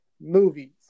movies